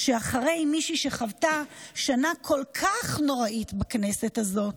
כמישהי שחוותה שנה כל כך נוראית בכנסת הזאת,